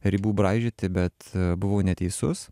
ribų braižyti bet buvau neteisus